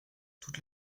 toute